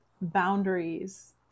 boundaries